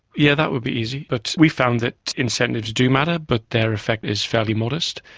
yeah that would be easy, but we found that incentives do matter but their effect is fairly modest,